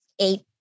eight